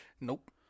Nope